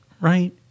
right